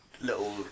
little